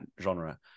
genre